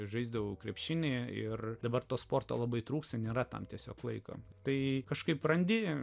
žaisdavau krepšinį ir dabar to sporto labai trūksta nėra tam tiesiog laiko tai kažkaip brandinimo